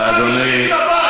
אדוני,